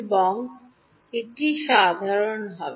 এবং একটি সাধারণ হবে